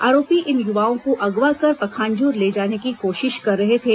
आरोपी इन युवाओं को अगवा कर पखांजूर ले जाने की कोशिश कर रहे थे